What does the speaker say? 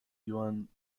yuan